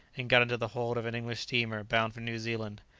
and got into the hold of an english steamer bound for new zealand.